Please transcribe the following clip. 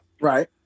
Right